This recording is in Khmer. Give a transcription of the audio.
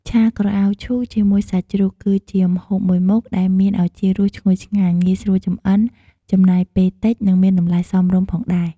ឆាក្រអៅឈូកជាមួយសាច់ជ្រូក គឺជាម្ហូបមួយមុខដែលមានឱជារសឈ្ងុយឆ្ងាញ់ ងាយស្រួលចម្អិន ចំណាយពេលតិច និងមានតម្លៃសមរម្យផងដែរ។